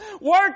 Work